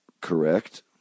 correct